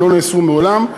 שלא נאסרו מעולם,